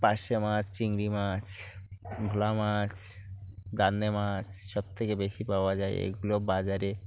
পার্শে মাছ চিংড়ি মাছ ভোলা মাছ গান্দে মাছ সবথেকে বেশি পাওয়া যায় এগুলো বাজারে